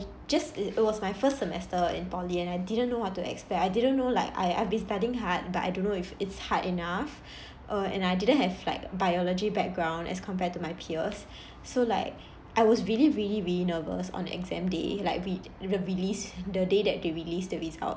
just it was my first semester in poly and I didn't know what to expect I didn't know like I I've been studying hard but I don't know if it's hard enough uh and I didn't have like biology background as compared to my peers so like I was really really really nervous on exam day like re~ the release the day that they released the result